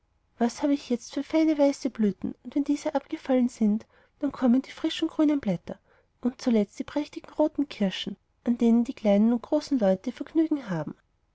was habe ich jetzt für feine weiße blüten und wenn diese abgefallen sind dann kommen die frischen grünen blätter und zuletzt die prächtigen roten kirschen an denen die kleinen und großen leute ihr vergnügen haben